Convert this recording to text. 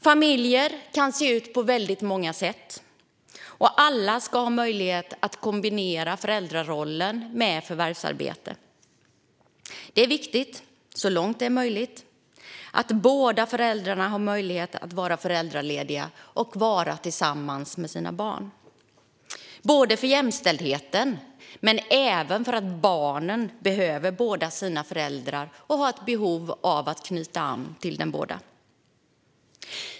Familjer kan se ut på väldigt många sätt. Alla ska ha möjlighet att kombinera föräldrarollen med förvärvsarbete. Det är viktigt, så långt det är möjligt, att båda föräldrarna har möjlighet att vara föräldralediga och vara tillsammans med sina barn - både för jämställdhetens skull och för att barnen behöver båda sina föräldrar och har ett behov av att knyta an till dem båda.